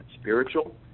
spiritual